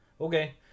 Okay